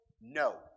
No